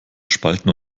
spalten